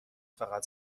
فقط